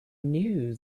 knew